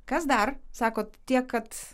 kas dar sakot tiek kad